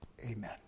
Amen